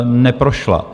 Neprošla.